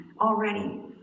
already